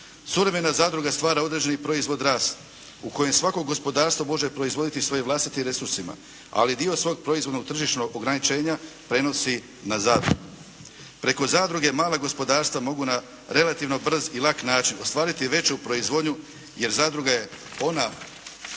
Suvremena zadruga stvara određeni proizvod rast u kojem svako gospodarstvo može proizvoditi svojim vlastitim resursima. Ali dio svog proizvodnog tržišnog ograničenja prenosi na zadrugu. Preko zadruge mala gospodarstva mogu na relativno brz i lak način ostvariti veću proizvodnju jer zadruga je ona